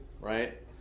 right